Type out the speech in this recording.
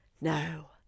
No